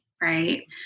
right